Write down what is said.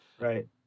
Right